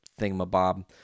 thingamabob